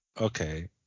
Okay